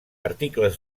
articles